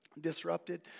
disrupted